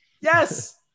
Yes